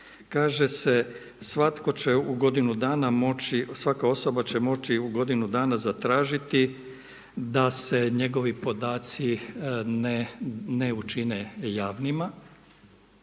Kaže se, svatko će u godinu dana moći, svaka osoba će moći u godinu dana zatražiti da se njegovi podaci ne učine javnima.